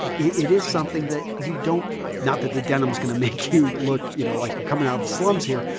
it is something that you don't not that the denim is going to make you look you know like you're coming out of the slums here,